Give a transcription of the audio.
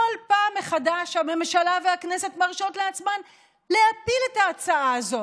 וכל פעם מחדש הממשלה והכנסת מרשות לעצמן להפיל את ההצעה הזאת,